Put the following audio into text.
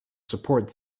support